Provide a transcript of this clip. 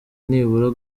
nibura